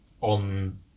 on